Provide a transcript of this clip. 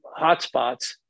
hotspots